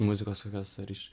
muzikos kokios ar iš